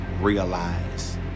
realize